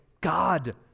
God